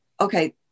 okay